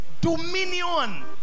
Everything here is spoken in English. dominion